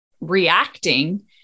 reacting